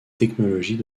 technologies